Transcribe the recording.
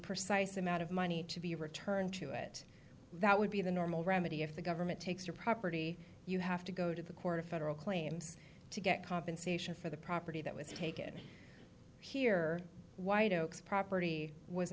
precise amount of money to be returned to it that would be the normal remedy if the government takes your property you have to go to the court of federal claims to get compensation for the property that was taken here white oaks property was